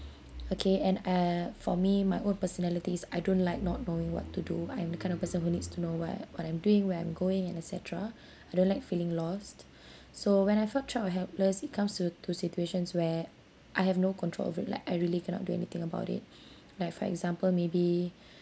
okay and err for me my own personality is I don't like not knowing what to do I'm the kind of person who needs to know what what I'm doing where I'm going and et cetera I don't like feeling lost so when I felt trapped and helpless it comes to to situations where I have no control over it like I really cannot do anything about it like for example maybe